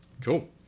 Cool